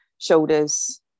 shoulders